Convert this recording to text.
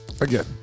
Again